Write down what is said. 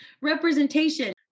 representation